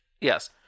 Yes